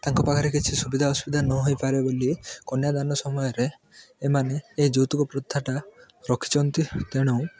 ତାଙ୍କ ପାଖରେ କିଛି ସୁବିଧା ଅସୁବିଧା ନହେଇପାରେ ବୋଲି କନ୍ୟାଦାନ ସମୟରେ ଏମାନେ ଏ ଯୌତୁକ ପ୍ରଥାଟା ରଖିଛନ୍ତି ତେଣୁ